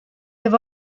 have